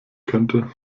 könnte